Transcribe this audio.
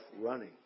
running